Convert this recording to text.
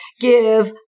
give